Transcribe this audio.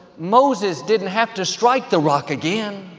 moses didn't have to strike the rock again.